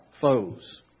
foes